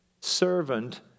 Servant